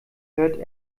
hört